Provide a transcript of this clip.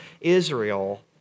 Israel